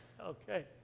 Okay